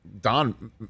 Don